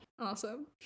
Awesome